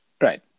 Right